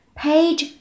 ，page